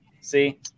see